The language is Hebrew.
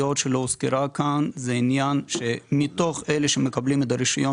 בעיה שלא הוזכרה פה זה שמתוך אלה שמקבלים את הרישיון